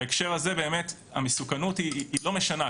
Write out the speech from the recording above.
בהקשר הזה, המסוכנות לא משנה.